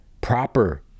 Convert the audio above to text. proper